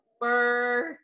work